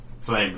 flame